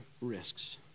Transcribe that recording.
risks